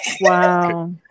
Wow